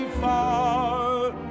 far